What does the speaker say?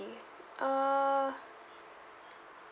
uh